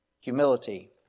humility